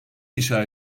inşa